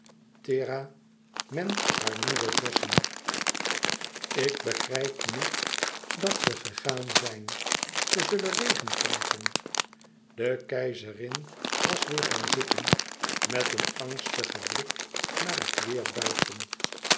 thera ment haar nieuwe vossen ik begrijp niet dat ze gegaan zijn ze zullen regen krijgen de keizerin was weêr gaan zitten met een angstigen blik naar het weêr buiten